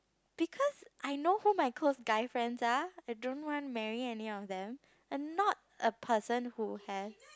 because I know who my close guy friends are I don't want marry any of them I'm not a person who have